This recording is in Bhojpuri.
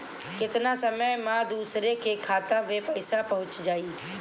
केतना समय मं दूसरे के खाता मे पईसा पहुंच जाई?